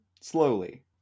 slowly